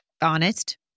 honest